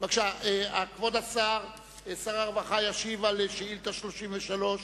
כבוד שר הרווחה ישיב על שאילתא מס' 33: